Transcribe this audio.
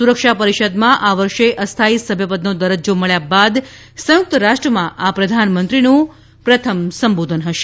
સુરક્ષા પરિષદમાં આ વર્ષે અસ્થાયી સભ્યપદનો દરજ્જો મળ્યા બાદ સંયુક્ત રાષ્ટ્રમાં આ પ્રધાનમંત્રીનું પ્રથમ સંબોધન હશે